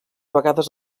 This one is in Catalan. vegades